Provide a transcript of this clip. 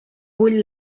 bull